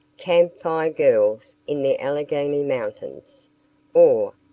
campfire girls in the allegheny mountains or,